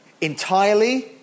entirely